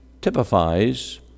typifies